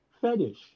fetish